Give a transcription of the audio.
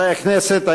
(חותם על ההצהרה) חברי הכנסת,